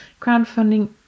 Crowdfunding